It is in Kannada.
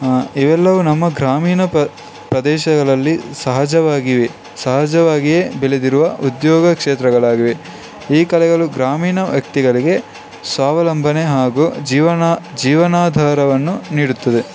ಇವೆಲ್ಲವೂ ನಮ್ಮ ಗ್ರಾಮೀಣ ಪ ಪ್ರದೇಶಗಳಲ್ಲಿ ಸಹಜವಾಗಿವೆ ಸಹಜವಾಗಿಯೇ ಬೆಳೆದಿರುವ ಉದ್ಯೋಗ ಕ್ಷೇತ್ರಗಳಾಗಿವೆ ಈ ಕಲೆಗಳು ಗ್ರಾಮೀಣ ವ್ಯಕ್ತಿಗಳಿಗೆ ಸ್ವಾವಲಂಬನೆ ಹಾಗೂ ಜೀವನ ಜೀವನಾಧಾರವನ್ನು ನೀಡುತ್ತದೆ